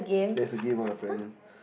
that's a game ah apparently